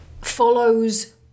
follows